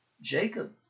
Jacob